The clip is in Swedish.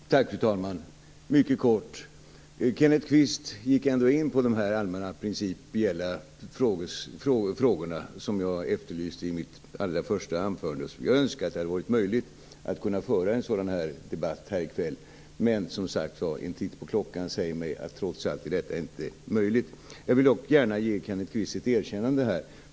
Fru talman! Jag skall fatta mig mycket kort. Kenneth Kvist gick ändå in på de allmänna principiella frågor som jag efterlyste i mitt allra första anförande och som jag önskar det hade varit möjligt att föra en debatt om här i kväll. Men en titt på klockan säger mig att detta trots allt inte är möjligt. Jag vill dock gärna ge Kenneth Kvist ett erkännande.